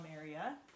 area